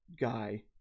guy